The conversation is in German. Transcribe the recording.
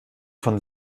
von